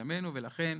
לכן,